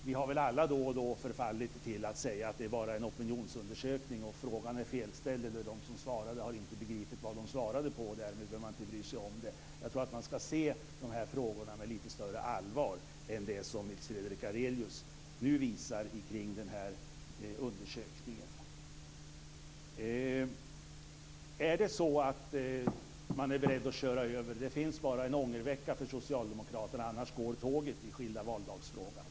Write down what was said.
Vi har väl alla då och då förfallit till att säga att det bara är en opinionsundersökning, att frågan är felställd eller att de som svarade inte har begripit vad de svarade på och därmed behöver man inte bry sig om det. Jag tror att man ska se på dessa frågor med lite större allvar än det som Nils Fredrik Aurelius nu visar kring den här undersökningen. Är det så att man är beredd att köra över? Det finns bara en ångervecka för Socialdemokraterna, annars går tåget i frågan om skilda valdagar.